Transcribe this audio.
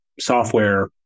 software